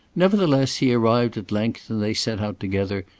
nevertheless he arrived at length, and they set out together,